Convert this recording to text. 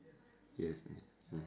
yes yes mmhmm